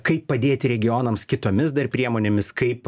kaip padėti regionams kitomis dar priemonėmis kaip